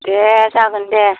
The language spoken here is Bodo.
दे जागोन दे